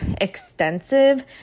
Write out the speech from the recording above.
extensive